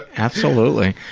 absolutely.